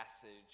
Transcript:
passage